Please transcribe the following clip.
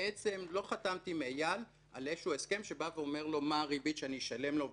לא חתמתי עם אייל על הסכם שאומר לו מה הריבית שאני אשלם לו,